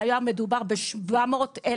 זה היה מדובר ב-700,000